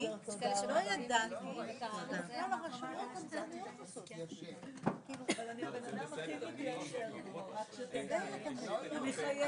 11:28.